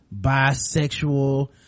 bisexual